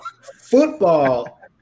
Football